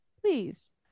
Please